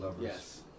yes